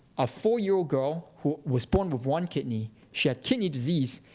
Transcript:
a four-year-old girl who was born with one kidney. she had kidney disease,